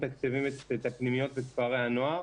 מתקצבים את הפנימיות ואת כפרי הנוער,